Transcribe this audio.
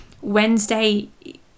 Wednesday